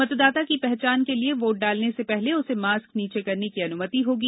मतदाता की पहचान के लिये वोट डालने से पहले उसे मास्क नीचे करने की अनुमति होगी